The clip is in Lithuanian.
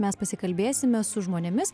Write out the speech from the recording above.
mes pasikalbėsime su žmonėmis